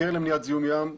הקרן למניעת זיהום ים,